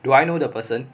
do I know the person